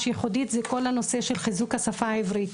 ייחודית זה כל הנושא של חיזוק השפה העברית.